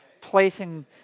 placing